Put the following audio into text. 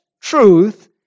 truth